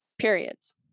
periods